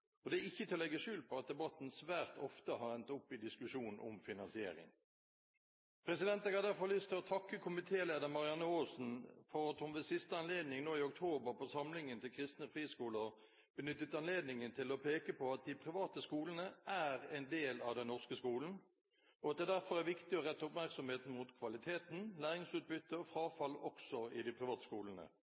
Det er ikke til å legge skjul på at debatten svært ofte har endt opp i diskusjon om finansiering. Jeg har derfor lyst til å takke komitéleder Marianne Aasen for at hun ved siste anledning nå i oktober på samlingen til Kristne Friskolers Forbund benyttet anledningen til å peke på at de private skolene er en del av den norske skolen, og at det derfor er viktig å rette oppmerksomheten mot kvalitet, læringsutbytte og frafall også i de